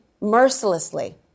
mercilessly